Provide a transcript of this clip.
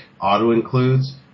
auto-includes